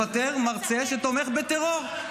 לפטר מרצה שתומך בטרור,